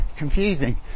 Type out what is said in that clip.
confusing